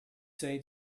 say